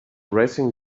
racing